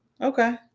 okay